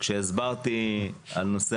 כשהסברתי על נושא